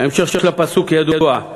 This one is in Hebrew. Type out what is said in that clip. ההמשך של הפסוק ידוע.